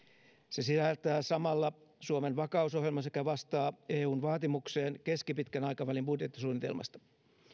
se sisältää samalla suomen vakausohjelman sekä vastaa eun vaatimukseen keskipitkän aikavälin budjettisuunnitelmasta